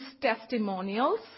testimonials